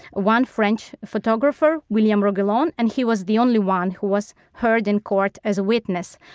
one french photographer, william roguelon, and he was the only one who was heard in court as a witness.